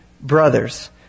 brothers